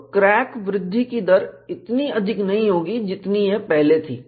तो क्रैक वृद्धि की दर इतनी अधिक नहीं होगी जितनी कि यह पहले थी